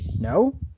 No